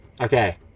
Okay